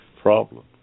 problem